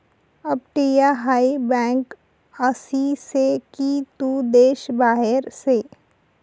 अपटीया हाय बँक आसी से की तू देश बाहेर से